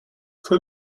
fue